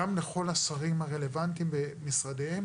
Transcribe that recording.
וגם לכל השרים הרלוונטיים במשרדיהם.